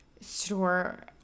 store